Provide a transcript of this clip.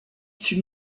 fut